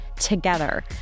together